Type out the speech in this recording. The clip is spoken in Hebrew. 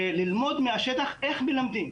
ללמוד מהשטח איך מלמדים.